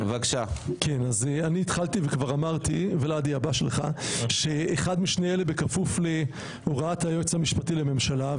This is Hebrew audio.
אני התחלתי וכבר אמרתי שאחד משני אלה בכפוף להוראת היועץ המשפטי לממשלה.